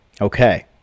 Okay